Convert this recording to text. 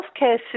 healthcare